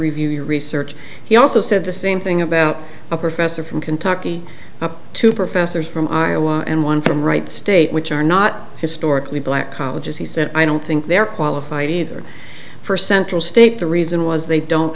review your research he also said the same thing about a professor from kentucky two professors from iowa and one from right state which are not historically black colleges he said i don't think they're qualified either for central state the reason was they don't